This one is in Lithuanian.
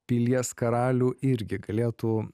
pilies karalių irgi galėtų